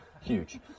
huge